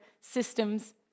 systems